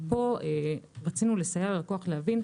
פה רצינו לסייע ללקוח להבין.